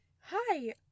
hi